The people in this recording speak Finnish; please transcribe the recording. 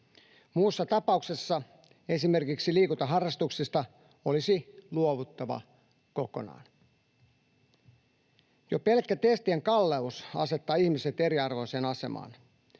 Muussa tapauksessa esimerkiksi liikuntaharrastuksista olisi luovuttava kokonaan. Jo pelkkä testien kalleus asettaa ihmiset eriarvoiseen asemaan.